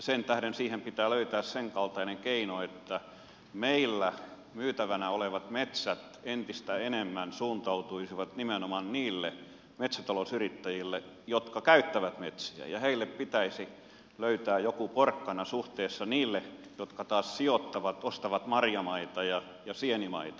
sen tähden siihen pitää löytää senkaltainen keino että meillä myytävänä olevat metsät entistä enemmän suuntautuisivat nimenomaan niille metsätalousyrittäjille jotka käyttävät metsiä ja heille pitäisi löytää joku porkkana suhteessa niihin jotka taas sijoittavat ostavat marjamaita ja sienimaita